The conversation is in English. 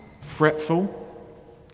fretful